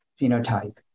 phenotype